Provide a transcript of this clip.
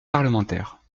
parlementaire